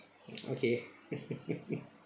okay